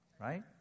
Right